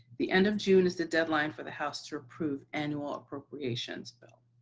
the end of june is the deadline for the house to approve annual appropriations bill.